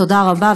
תודה רבה,